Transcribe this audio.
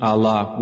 Allah